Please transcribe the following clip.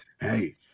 hey